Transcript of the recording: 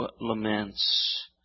laments